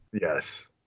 Yes